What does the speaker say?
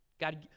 God